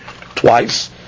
twice